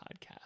podcast